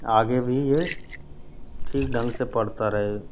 आगे भी ये ठीक ढंग से पढ़ता रहे